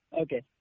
Okay